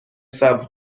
صبر